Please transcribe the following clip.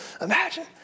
imagine